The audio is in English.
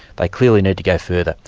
they clearly need to go further.